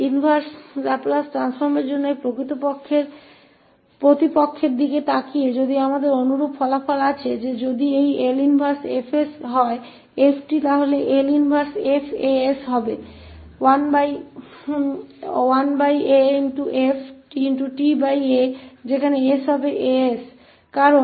inverse Laplace transform के लिए इस समकक्ष को देखते हुए इसलिए हमारे पास समान परिणाम है कि यदि यह 𝐿 इनवर्स 𝐹𝑠 𝑓𝑡 है तो 𝐿 इनवर्स 𝐹𝑎𝑠 तो यहां भी 𝑠 अब 𝑎𝑠 है तो परिणाम 1af होगा